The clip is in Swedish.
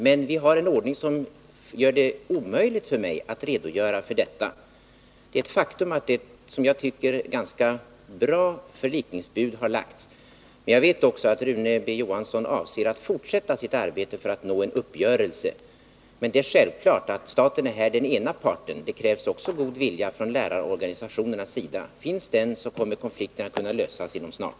Men vi har en ordning som gör det omöjligt för mig att redogöra för detta. Det är ett faktum att ett enligt min mening ganska bra förlikningsbud har lagts, men jag vet också att Rune B. Johansson avser att fortsätta sitt arbete för att nå en uppgörelse. Staten är här den ena parten, och det är självklart att det också krävs god vilja från lärarorganisationernas sida. Finns den kommer konflikten att kunna lösas inom kort.